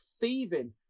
thieving